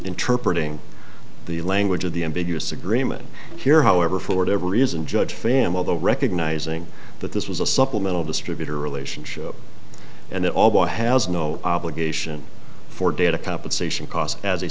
interpret ing the language of the ambiguous agreement here however for ever reason judge family though recognizing that this was a supplemental distributor relationship and it has no obligation for data compensation costs as